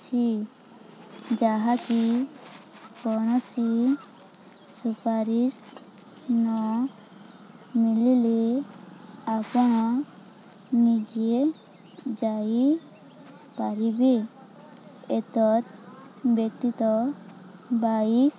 ଅଛି ଯାହାକି କୌଣସି ସୁପାରିଶ ନ ମିଲିଲେ ଆପଣ ନିଜେ ଯାଇପାରିବେ ଏତତ୍ ବ୍ୟତୀତ ବାଇକ୍